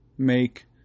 Make